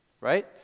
right